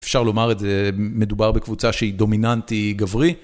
אפשר לומר את זה, מדובר בקבוצה שהיא דומיננטי גברי.